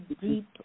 deep